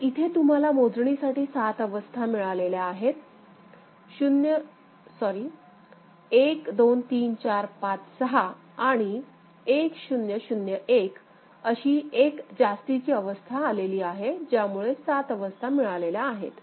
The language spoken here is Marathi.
तर इथे तुम्हाला मोजणीसाठी 7 अवस्था मिळालेल्या आहेत 1 2 3 4 5 6 आणि 1 0 0 1 अशी एक जास्तीची अवस्था आलेली आहे त्यामुळे 7 अवस्था मिळालेल्या आहेत